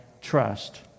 trust